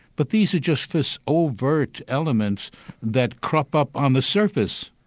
but these are just this overt elements that crop up on the surface.